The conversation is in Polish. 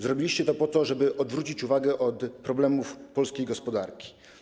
Zrobiliście to po to, żeby odwrócić uwagę od problemów polskiej gospodarki.